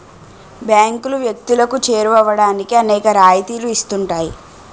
బ్యాంకులు వ్యక్తులకు చేరువవడానికి అనేక రాయితీలు ఇస్తుంటాయి